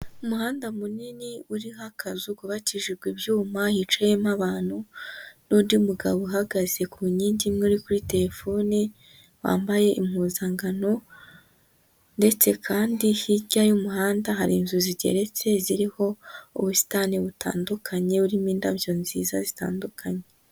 Umuhanda munini uriho akazu kubakijijwe ibyuma, hicayemo abantu, n'undi mugabo uhagaze ku nkingi nkuri kuri terefoni, wambaye impuzankano, ndetse kandi hirya y'umuhanda hari inzu zigeretse ziriho, ubusitani butandukanye, burimo indabyo nziza zitandukanye.